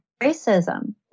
racism